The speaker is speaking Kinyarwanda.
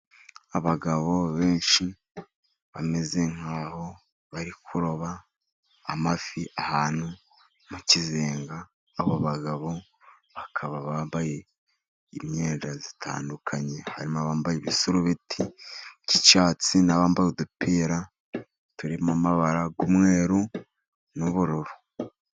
Abagabo benshi bameze nk'aho bari kuroba amafi ahantu mu kizenga. Abo bagabo bakaba bambaye imyenda itandukanye, harimo abambaye ibisarubeti by'icyatsi na bambaye udupira turi mu mabara y'umweruru n'ubururu.